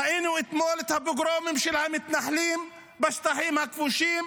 ראינו אתמול את הפוגרומים של המתנחלים בשטחים הכבושים,